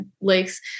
lakes